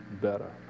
better